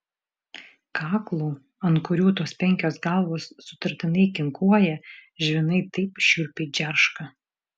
kaklų ant kurių tos penkios galvos sutartinai kinkuoja žvynai taip šiurpiai džerška